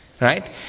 right